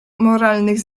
moralnych